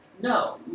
No